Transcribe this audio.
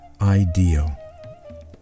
ideal